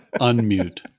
unmute